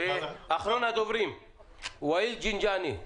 אחרון הדוברים הוא ואיל גיגיני,